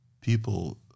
people